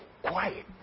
quiet